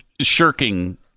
shirking